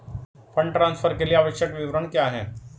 Fund transfer के लिए आवश्यक विवरण क्या हैं?